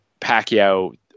pacquiao